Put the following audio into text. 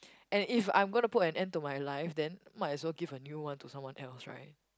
and if I'm gonna to put an end to my life then might as well give a new one to someone else right